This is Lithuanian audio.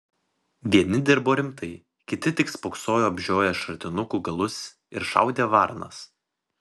vieni dirbo rimtai kiti tik spoksojo apžioję šratinukų galus ir šaudė varnas